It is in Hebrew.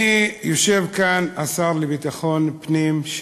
יושב כאן השר לביטחון פנים,